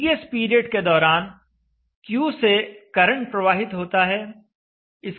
dTS period के दौरान Q से करंट प्रवाहित होता है